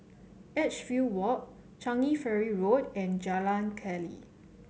Edgefield Walk Changi Ferry Road and Jalan Keli